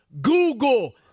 Google